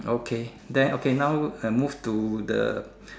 okay then okay now I move to the